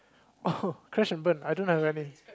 oh crash and burn I don't have any